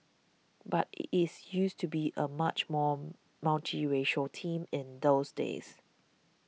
but is used to be a much more multiracial team in those days